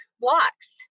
blocks